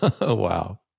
Wow